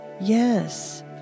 Yes